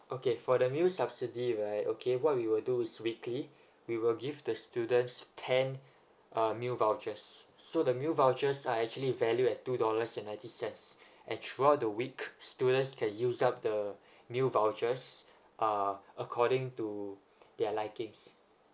okay for the meal subsidy right okay what we will do is weekly we will give the students ten uh meal vouchers so the meal vouchers are actually value at two dollars and ninety cents and throughout the week students can use up the new vouchers uh according to their likings